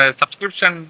subscription